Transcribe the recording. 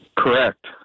Correct